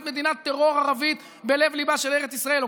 מדינת טרור ערבית בלב-ליבה של ארץ ישראל.